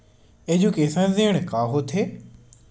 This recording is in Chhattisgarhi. एजुकेशन ऋण का होथे?